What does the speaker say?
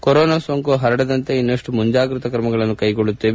corona ಸೋಂಕು ಪರಡದಂತೆ ಇನ್ನಷ್ಟು ಮುಂಜಾಗ್ರತಾ ಕ್ರಮಗಳನ್ನು ಕೈಗೊಳ್ಳುತ್ತೇವೆ